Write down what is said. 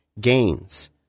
gains